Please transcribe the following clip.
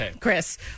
Chris